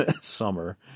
summer